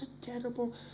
terrible